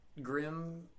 grim